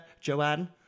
Joanne